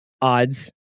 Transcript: odds